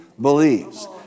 believes